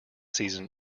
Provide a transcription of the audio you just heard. season